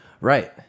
Right